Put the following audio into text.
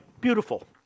beautiful